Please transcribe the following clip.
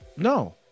No